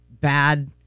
bad